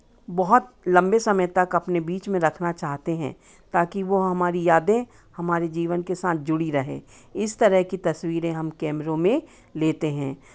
बहुत लंबे समय तक अपने बीच में रखना चाहते हैं ताकि वो हमारी यादें हमारे जीवन के साथ जुड़ी रहें इस तरह की तस्वीरें हम कैमरों में लेते हैं